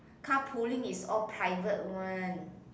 carpooling is all private one